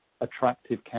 attractive